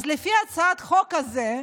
אז לפי הצעת החוק הזאת,